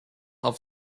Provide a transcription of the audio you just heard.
auf